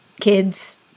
kids